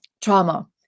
trauma